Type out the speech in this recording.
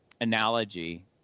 analogy